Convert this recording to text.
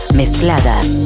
mezcladas